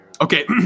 Okay